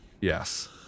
yes